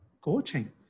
coaching